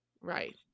right